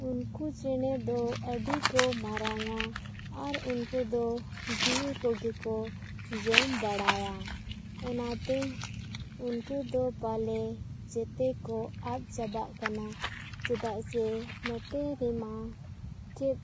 ᱩᱱᱠᱩ ᱪᱮᱬᱮ ᱫᱚ ᱟᱹᱰᱤ ᱠᱚ ᱢᱟᱨᱟᱝᱟ ᱟᱨ ᱩᱱᱠᱩ ᱫᱚ ᱡᱤᱞ ᱠᱚᱜᱮ ᱠᱚ ᱡᱚᱢ ᱵᱟᱲᱟᱭᱟ ᱚᱱᱟᱛᱮ ᱩᱱᱠᱩ ᱫᱚ ᱯᱟᱞᱮ ᱡᱚᱛᱚ ᱠᱚ ᱟᱫ ᱪᱟᱵᱟᱜ ᱠᱟᱱᱟ ᱪᱮᱫᱟᱜ ᱥᱮ ᱱᱚᱛᱮ ᱨᱮᱢᱟ ᱪᱮᱫ